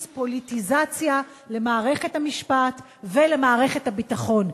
פוליטיזציה למערכת המשפט ולמערכת הביטחון,